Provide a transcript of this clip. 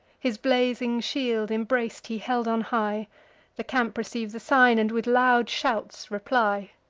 his blazing shield, imbrac'd, he held on high the camp receive the sign, and with loud shouts reply.